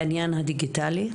בעניין הדיגיטלי?